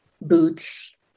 boots